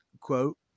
quote